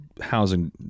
housing